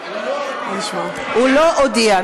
הוא לא הודיע.